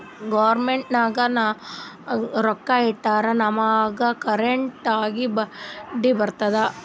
government ನಾಗ್ ರೊಕ್ಕಾ ಇಟ್ಟುರ್ ನಮುಗ್ ಕರೆಕ್ಟ್ ಆಗಿ ಬಡ್ಡಿ ಬರ್ತುದ್